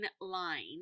line